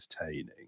entertaining